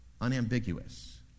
Unambiguous